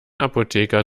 apotheker